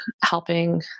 helping